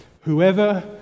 Whoever